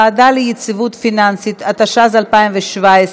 (הוועדה ליציבות פיננסית), התשע"ז 2017,